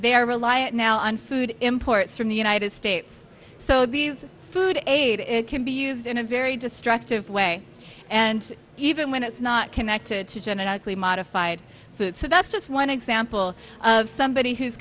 reliant now on food imports from the united states so these food aid can be used in a very destructive way and even when it's not connected to genitally modified food so that's just one example of somebody who's